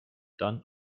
dann